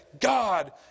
God